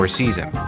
season